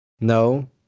No